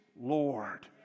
Lord